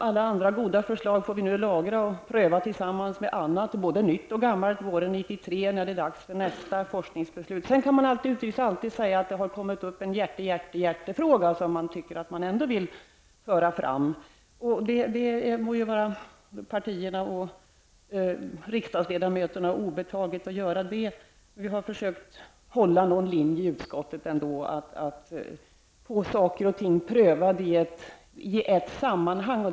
Alla andra goda förslag får vi nu lagra och pröva tillsammans med annat både nytt och gammalt våren 1993, när det är dags för nästa forskningsbeslut. Sedan kan man naturligtvis säga att det har kommit upp en ''hjärtehjärtefråga'', som man tycker att man ändå vill föra fram. Det må vara partierna och riksdagsledamöterna obetaget att göra det, men vi har försökt hålla någon linje i utskottet ändå, nämligen att få saker och ting prövade i ett sammanhang.